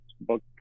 book